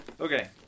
Okay